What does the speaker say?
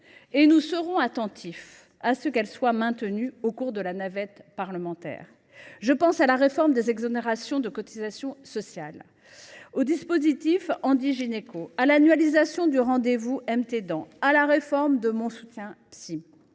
; nous serons attentifs à ce qu’elles soient maintenues au cours de la navette parlementaire. Je pense à la réforme des exonérations de cotisations sociales, au dispositif Handigynéco, à l’annualisation du rendez vous « M’T dents », à la réforme de Mon soutien psy.